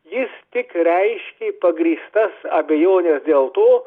jis tik reiškė pagrįstas abejones dėl to